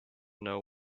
know